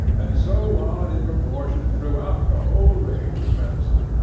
and so on in proportion throughout the whole range of medicine.